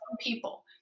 people